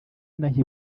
inaha